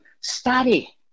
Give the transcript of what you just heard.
study